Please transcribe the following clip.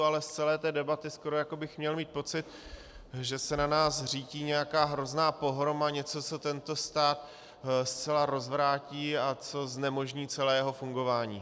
Ale z celé té debaty skoro jako bych měl mít pocit, že se na nás řítí nějaká hrozná pohroma, něco, co tento stát zcela rozvrátí a co znemožní celé jeho fungování.